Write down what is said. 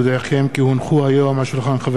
כי הונחו היום על שולחן הכנסת,